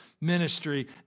ministry